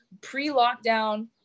pre-lockdown